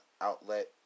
outlet